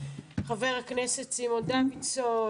חבר הכנסת סימון דוידסון,